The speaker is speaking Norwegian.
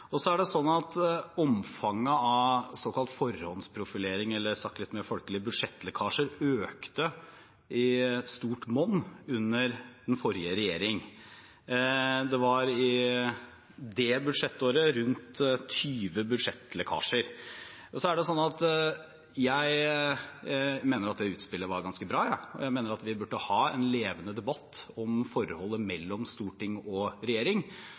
Omfanget av såkalt forhåndsprofilering eller, sagt litt mer folkelig, budsjettlekkasjer økte i stort monn under den forrige regjeringen. Det var i det budsjettåret rundt 20 budsjettlekkasjer. Jeg mener at det utspillet var ganske bra, og jeg mener at vi burde ha en levende debatt om forholdet mellom storting og regjering.